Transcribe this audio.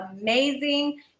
amazing